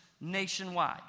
nationwide